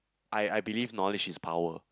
I I believe knowledge is power